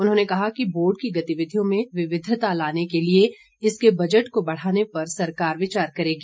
उन्होंने कहा कि बोर्ड की गतिविधियों में विविधता लाने के लिए इसके बजट को बढ़ाने पर सरकार विचार करेगी